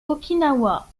okinawa